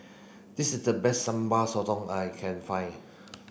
this is the best sambal sotong I can find